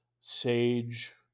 sage